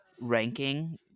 ranking